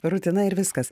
rutina ir viskas